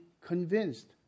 convinced